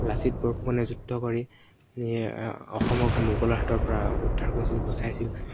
লাচিত বৰফুকনে যুদ্ধ কৰি অসমক মোগলৰ হাতৰ পৰা উদ্ধাৰ কৰিছিল বচাইছিল